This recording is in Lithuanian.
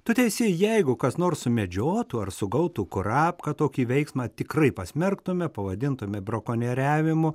tu teisi jeigu kas nors sumedžiotų ar sugautų kurapką tokį veiksmą tikrai pasmerktume pavadintume brakonieriavimu